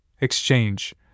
exchange